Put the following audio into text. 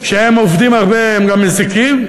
כשהם עובדים הרבה הם גם מזיקים,